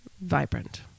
vibrant